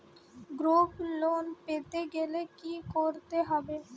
Group loan পেতে গেলে কি করতে হবে?